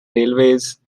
railways